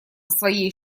своей